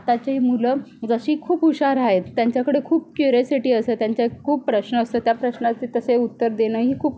आताची मुलं जशी खूप हुशार आहेत त्यांच्याकडे खूप क्यूरियोसिटी असते त्यांचे खूप प्रश्न असतात त्या प्रश्नाचे तसे उत्तर देणंही खूप